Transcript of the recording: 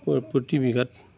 প্ৰতিবিঘাত